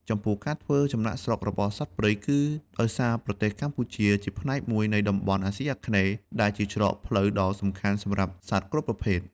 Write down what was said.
ចំពោះ ការធ្វើចំណាកស្រុករបស់សត្វព្រៃ គឺដោយសារប្រទេសកម្ពុជាជាផ្នែកមួយនៃតំបន់អាស៊ីអាគ្នេយ៍ ដែលជាច្រកផ្លូវដ៏សំខាន់សម្រាប់សត្វគ្រប់ប្រភេទ។